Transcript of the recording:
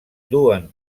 duen